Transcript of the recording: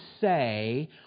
say